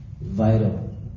vital